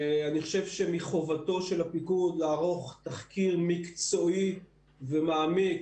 אני חושב שמחובתו של הפיקוד לערוך תחקיר מקצועי ומעמיק,